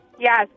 Yes